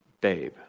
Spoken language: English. babe